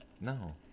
No